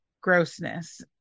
grossness